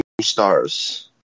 stars